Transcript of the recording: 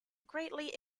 greatly